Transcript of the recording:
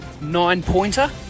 nine-pointer